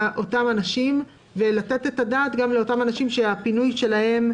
האנשים ולתת את הדעת לגבי אותם אנשים או על הפינוי שלהם